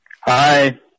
Hi